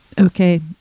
okay